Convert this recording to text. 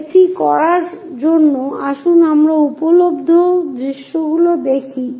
এটি করার জন্য আসুন আমরা উপলব্ধ দৃশ্যগুলি দেখি